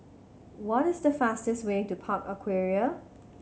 what is the fastest way to Park Aquaria